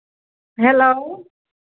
hello